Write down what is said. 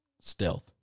Stealth